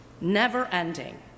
Never-ending